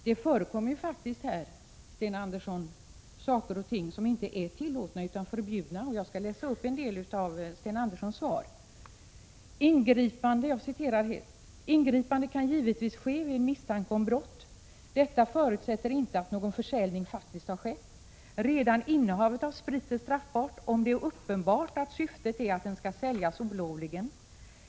Det förekommer faktiskt, Sten Andersson, härvidlag saker och ting som inte är tillåtna utan förbjudna, och jag skall läsa upp en del av Sten Wickboms svar: ”Ingripande kan givetvis ske vid misstanke om brott. Detta förutsätter inte att någon försäljning faktiskt har skett. Redan innehavet av sprit är straffbart, om det är uppenbart att syftet är att den skall säljas olovligen.